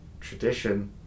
tradition